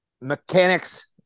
mechanics